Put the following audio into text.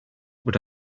would